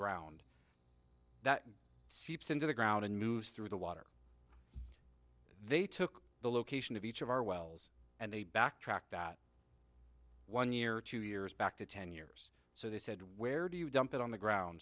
ground that seeps into the ground and moves through the water they took the location of each of our wells and they backtracked that one year two years back to ten years so they said where do you dump it on the ground